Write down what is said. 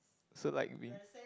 so like we